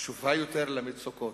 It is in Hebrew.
קשובה יותר למצוקות,